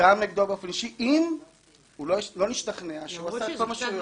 גם נגדו באופן אישי אם הוא לא השתכנע שהוא עשה את כל מה שהוא יכול.